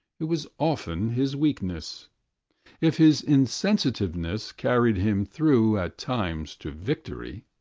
it was often his weakness if his insensitiveness carried him through, at times, to victory,